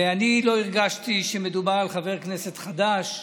ואני לא הרגשתי שמדובר על חבר כנסת חדש,